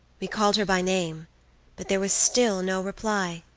we called her by name but there was still no reply.